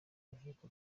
uvutse